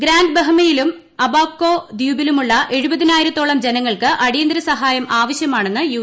grand ബഹമയിലും Abaco ദ്വീപിലുമുള്ള എഴുപതിനായിരത്തോളം ജനങ്ങൾക്ക് അടിയന്തര സഹായം ആവശ്യമാണെന്ന് യു